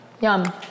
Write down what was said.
Yum